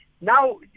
Now